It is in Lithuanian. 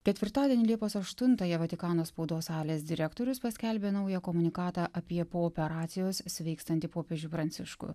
ketvirtadienį liepos aštuntąją vatikano spaudos salės direktorius paskelbė naują komunikatą apie po operacijos sveikstantį popiežių pranciškų